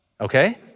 okay